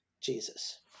Jesus